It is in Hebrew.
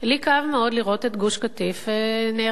לי כאב מאוד לראות את גוש-קטיף נהרס.